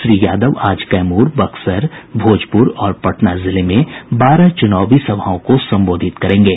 श्री यादव आज कैमूर बक्सर भोजपुर और पटना जिले में बारह चुनावी सभाओं को संबोधित करेंगे